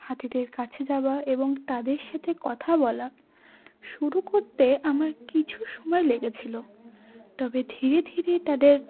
হাতিদের কাছে যাওয়া এবং তাদের সাথে কথা বলা শুরু করতে আমার কিছু সময় লেগেছিল তবে ধীরে ধীরে তাদের